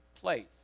place